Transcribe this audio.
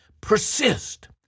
persist